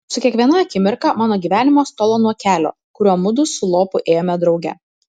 su kiekviena akimirka mano gyvenimas tolo nuo kelio kuriuo mudu su lopu ėjome drauge